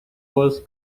was